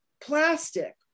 plastic